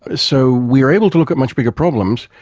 ah so we are able to look at much bigger problems,